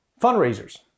fundraisers